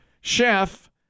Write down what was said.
Chef